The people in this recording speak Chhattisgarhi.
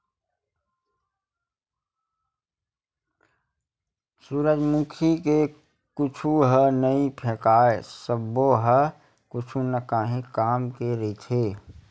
सूरजमुखी के कुछु ह नइ फेकावय सब्बो ह कुछु न काही काम के रहिथे